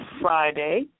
Friday